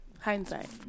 hindsight